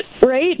right